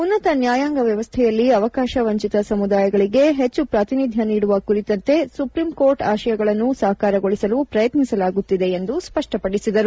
ಉನ್ನತ ನ್ಯಾಯಾಂಗ ವ್ಯವಸ್ಥೆಯಲ್ಲಿ ಅವಕಾಶ ವಂಚಿತ ಸಮುದಾಯಗಳಿಗೆ ಹೆಚ್ಚು ಪ್ರಾತಿನಿಧ್ಯ ನೀಡುವ ಕುರಿತಂತೆ ಸುಪ್ರೀಂ ಕೋರ್ಟ್ ಆಶಯಗಳನ್ನು ಸಾಕಾರಗೊಳಿಸಲು ಪ್ರಯತ್ನಿಸಲಾಗುತ್ತಿದೆ ಎಂದು ಸ್ಪಷ್ಟಪಡಿಸಿದರು